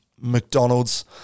McDonald's